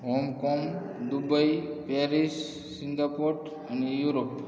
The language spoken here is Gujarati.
હૉંગકૉંગ દુબઈ પૅરિસ સિંગાપોર અને યુરોપ